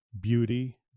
beauty